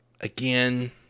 again